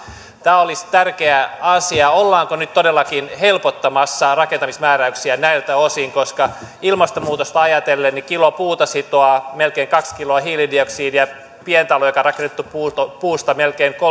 tämä olisi tärkeä asia ollaanko nyt todellakin helpottamassa rakentamismääräyksiä näiltä osin ilmastonmuutosta ajatellen kilo puuta sitoo melkein kaksi kiloa hiilidioksidia pientalo joka on rakennettu puusta puusta melkein